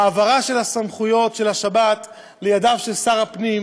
העברה של הסמכויות של השבת לידיו של שר הפנים,